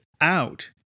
out